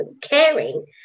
caring